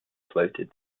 floated